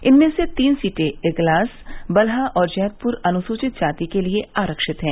इनमें से तीन सीटें इगलास बलहा और जैदपुर अनुसूचित जाति के लिये आरक्षित है